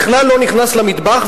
בכלל לא נכנס למטבח,